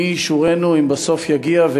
אם בסוף נגיע,